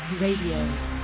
Radio